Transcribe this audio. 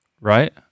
right